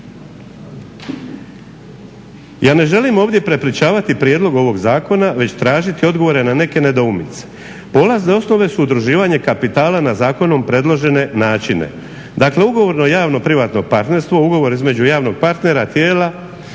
Ja ne želim ovdje prepričavati prijedlog ovog zakona već tražiti odgovore na neke nedoumice. Polazne osnove su udruživanje kapitala na zakonom predložene načine. Dakle ugovorno javno-privatnog partnerstvo ugovor između javnog partnera tijela